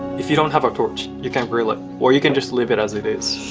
if you don't have a torch you can grill it, or you can just leave it as it is.